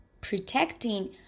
protecting